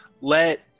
let